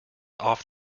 off